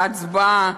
בהצבעה,